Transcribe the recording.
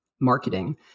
Marketing